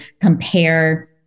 compare